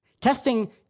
Testing